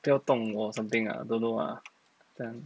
不要动我 something ah don't know lah then